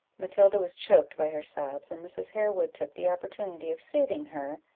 matilda was choked by her sobs, and mrs. harewood took the opportunity of soothing her,